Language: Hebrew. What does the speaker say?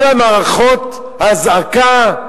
כל מערכות האזעקה,